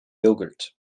yogurt